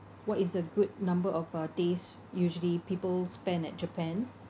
what is a good number of uh days usually people spend at japan